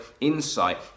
insight